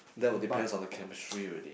that will depends on the chemistry already